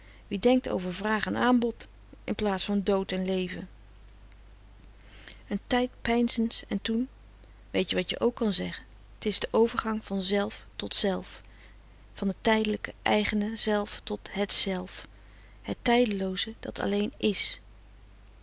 die denkt over vraag en aanbod in plaas van dood en leve een tijd peinzens en toen weet je wat je k kan frederik van eeden van de koele meren des doods zeggen t is de overgang van zelf tot zelf van het tijdelijke eigene zelf tot het zelf het tijdelooze dat alleen is